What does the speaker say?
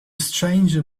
stranger